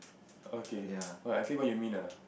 okay what I get what you mean ah